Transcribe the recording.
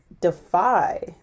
defy